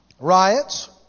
riots